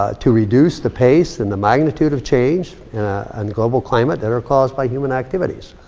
ah to reduce the pace and the magnitude of change in global climate that are caused by human activities.